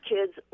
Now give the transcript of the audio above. Kids